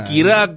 Kira